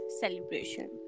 celebration